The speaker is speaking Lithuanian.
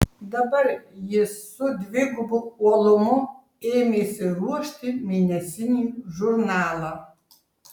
dabar jis su dvigubu uolumu ėmėsi ruošti mėnesinį žurnalą